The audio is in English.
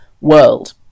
world